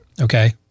okay